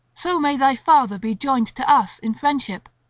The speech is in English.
so may thy father be joined to us in friendship!